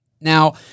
Now